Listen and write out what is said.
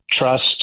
trust